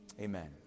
Amen